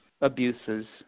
abuses –